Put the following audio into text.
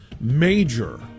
Major